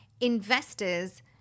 investors